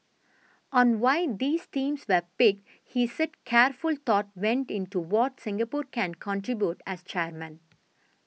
on why these themes were picked he said careful thought went into what Singapore can contribute as chairman